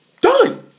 Done